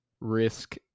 risk